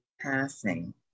passing